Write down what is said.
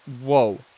Whoa